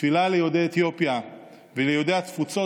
תפילה ליהודי אתיופיה וליהודי התפוצות